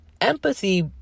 Empathy